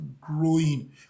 growing